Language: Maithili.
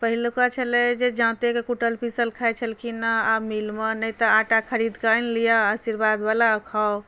पहिलुका छलै जे जाँताके कुटल पिसल खाइत छलखिन ने आब मीलमे नहि तऽ आटा खरीद कऽ आनि लिअ आशीर्वाद बला आ खाउ